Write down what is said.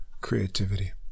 creativity